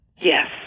Yes